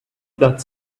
that